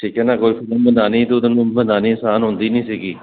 ਠੀਕ ਹੈ ਨਾ ਕੋਈ ਮੰਦਾ ਨਹੀਂ ਤਾਣੀ ਆਸਾਨ ਹੁੰਦੀ ਨਹੀਂ ਸੀਗੀ ਮੇਰਾ ਮਤਲਬ